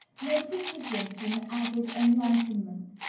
no provision for an added enlightenment?